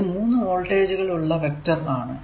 ഇത് മൂന്നു വോൾട്ടേജുകൾ ഉള്ള വെക്റ്റർ ആണ്